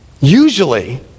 Usually